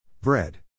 Bread